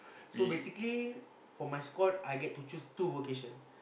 so basically for my squad I get to choose two vocation